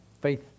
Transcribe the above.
faith